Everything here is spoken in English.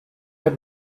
the